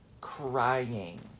crying